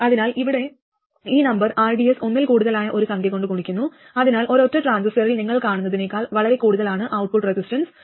അതിനാൽ ഇവിടെ ഈ നമ്പർ rds ഒന്നിൽ കൂടുതലായ ഒരു സംഖ്യ കൊണ്ട് ഗുണിക്കുന്നു അതിനാൽ ഒരൊറ്റ ട്രാൻസിസ്റ്ററിൽ നിങ്ങൾ കാണുന്നതിനേക്കാൾ വളരെ കൂടുതലാണ് ഔട്ട്പുട്ട് റെസിസ്റ്റൻസ്